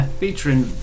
featuring